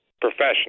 professional